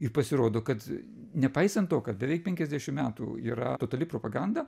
ir pasirodo kad nepaisant to kad beveik penkiasdešim metų yra totali propaganda